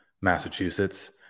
Massachusetts